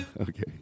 Okay